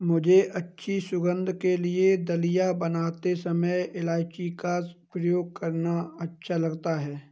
मुझे अच्छी सुगंध के लिए दलिया बनाते समय इलायची का उपयोग करना अच्छा लगता है